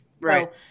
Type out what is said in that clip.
Right